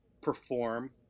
perform